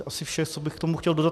Asi vše, co bych k tomu chtěl dodat.